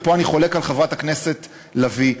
ופה אני חולק על חברת הכנסת לביא,